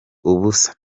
ubusa